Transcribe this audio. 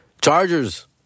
Chargers